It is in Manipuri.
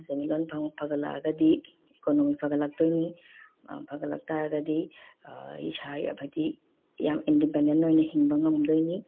ꯁꯦꯟꯃꯤꯠꯂꯣꯟ ꯐꯒꯠꯂꯛꯑꯒꯗꯤ ꯏꯀꯣꯅꯣꯃꯤꯛ ꯐꯒꯠꯂꯛꯇꯣꯏꯅꯤ ꯐꯒꯠꯂꯛꯇꯥꯔꯒꯗꯤ ꯏꯁꯥ ꯑꯃꯗꯤ ꯌꯥꯝ ꯏꯟꯗꯤꯄꯦꯟꯗꯦꯟ ꯑꯣꯏꯅ ꯍꯤꯡꯕ ꯉꯝꯗꯣꯏꯅꯤ